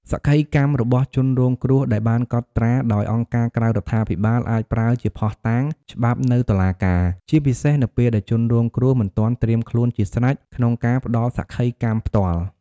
សក្ខីកម្មរបស់ជនរងគ្រោះដែលបានកត់ត្រាដោយអង្គការក្រៅរដ្ឋាភិបាលអាចប្រើជាភស្តុតាងច្បាប់នៅតុលាការ ជាពិសេសនៅពេលដែលជនរងគ្រោះមិនទាន់ត្រៀមខ្លួនជាស្រេចក្នុងការផ្ដល់សក្ខីកម្មផ្ទាល់។